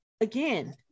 Again